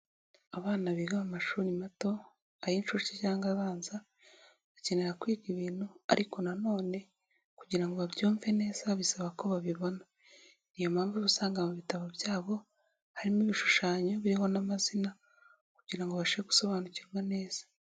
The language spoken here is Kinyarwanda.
Abana biga mu mashuri mato, ay'inshuke cyangwa abanza, bakenera kwiga ibintu ariko nanone kugira ngo babyumve neza bisaba ko babibona, niyo mpamvu usanga mu bitabo byabo harimo ibishushanyo biriho n'amazina kugira ngo bibafashe gusobanukirwa neza.